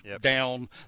down